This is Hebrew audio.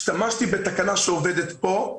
השתמשתי בתקנה שעובדת כאן,